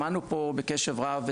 שמענו פה את הדברים בקשב רב,